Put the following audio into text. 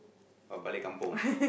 [wah] balik-kampung